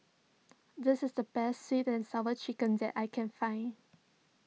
this is the best Sweet and Sour Chicken that I can find